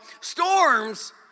Storms